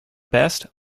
best